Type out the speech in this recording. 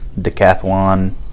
decathlon